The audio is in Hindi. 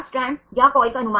आर ग्रुप क्या है